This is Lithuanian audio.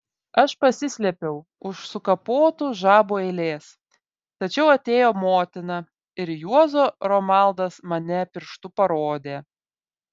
aš pasislėpiau už sukapotų žabų eilės tačiau atėjo motina ir juozo romaldas mane pirštu parodė